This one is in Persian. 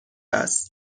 است